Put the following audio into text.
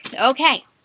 Okay